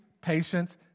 patience